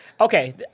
Okay